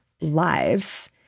lives